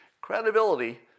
Credibility